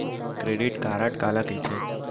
Credit card काला कहिथे?